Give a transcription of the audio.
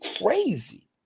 crazy